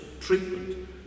treatment